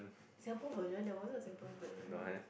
Singapore's version there wasn't a Singaporean version